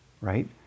Right